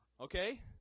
okay